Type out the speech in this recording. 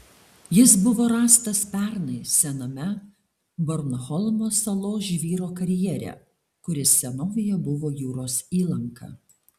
jis buvo rastas pernai sename bornholmo salos žvyro karjere kuris senovėje buvo jūros įlanka